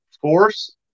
Force